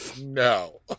No